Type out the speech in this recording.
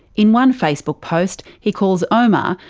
in one facebook post he calls ah umar,